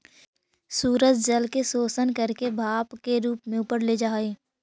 सूरज जल के शोषण करके भाप के रूप में ऊपर ले जा हई